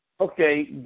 okay